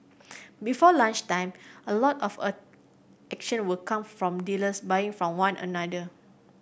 before lunchtime a lot of a action will come from dealers buying from one another